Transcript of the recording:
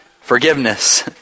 Forgiveness